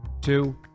Two